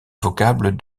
vocable